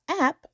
app